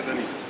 מתחייב אני יולי